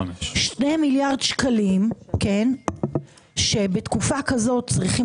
שני מיליארד שקלים שבתקופה כזאת היו צריכים